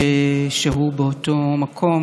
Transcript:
אני משתתפת באבלכם ובצערכם.